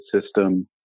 system